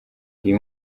uyu